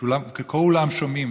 כולם שומעים,